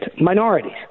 minorities